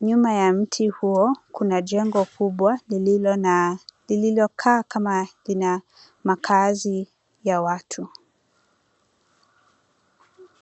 Nyuma ya mti huo, kuna jengo kubwa lililo na, lililokaa kama lina makazi ya watu.